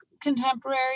contemporary